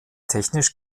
technisch